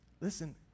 Listen